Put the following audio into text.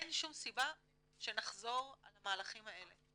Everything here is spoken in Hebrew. אין שום סיבה שנחזור על המהלכים האלה.